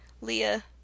Leah